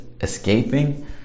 escaping